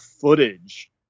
footage